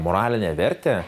moralinę vertę